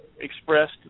expressed